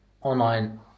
online